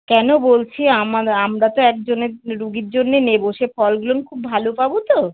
কেন বলছি আমারা আমরা তো একজনের রুগির জন্যে নেবো সে ফলগুলো খুব ভালো পাবো তো